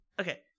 Okay